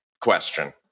question